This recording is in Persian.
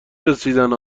رسیدن